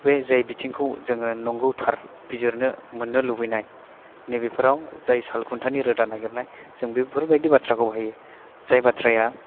बे जाय बिथिंखौ जोङो नंगौ थार बिजिरनो मोन्नो लुबैनाय नैबेफोराव जाय सालखुन्थानि रोदा नागिरनाय जों बेफोर बायदि बाथ्राखौ बाहायो जाय बाथ्राया